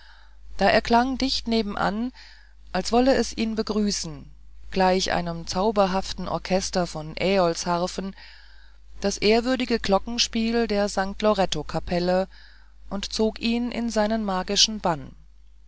da erklang dicht nebenan als wolle es ihn begrüßen gleich einem zauberhaften orchester von äolsharfen das ehrwürdige glockenspiel der st loretto kapelle und zog ihn in seinen magischen bann